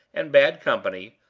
and bad company,